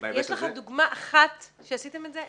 דוגמה אחת שעשיתם את זה?